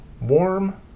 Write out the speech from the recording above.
Warm